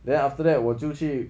then after that 我就去